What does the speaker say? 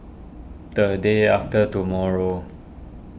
the day after tomorrow